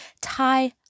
Thai